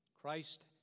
Christ